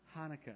hanukkah